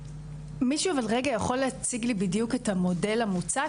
מישהו אבל רגע יכול להציג לי בדיוק את המודל המוצע,